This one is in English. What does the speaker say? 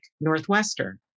Northwestern